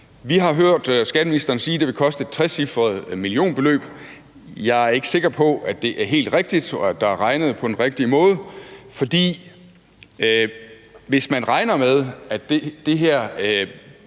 Vi har hørt skatteministeren sige, at det vil koste et trecifret millionbeløb. Jeg er ikke sikker på, at det er helt rigtigt, og at der er regnet på den rigtige måde, fordi hvis man kun regner på den måde, at det er